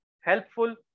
helpful